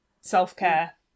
self-care